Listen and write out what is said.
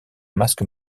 masque